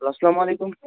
اَلسلامُ علیکُم